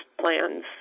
plans